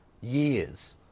years